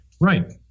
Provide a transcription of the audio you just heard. right